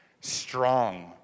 strong